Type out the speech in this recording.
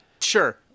sure